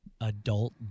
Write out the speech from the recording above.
adult